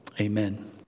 amen